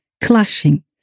clashing